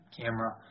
camera